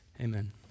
Amen